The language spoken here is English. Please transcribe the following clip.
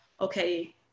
okay